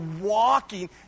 walking